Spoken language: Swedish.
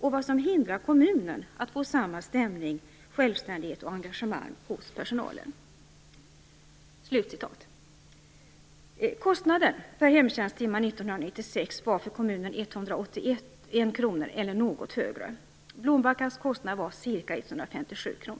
och vad som hindrar kommunen att få samma stämning, självständighet och engagemang hos personalen." Kostnaden per hemtjänsttimma 1996 var för kommunen 181 kr, eller något högre. Blombackas kostnad var ca 157 kr.